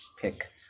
Pick